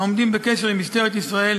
העומדים בקשר עם משטרת ישראל